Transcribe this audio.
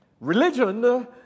Religion